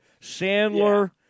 sandler